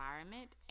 environment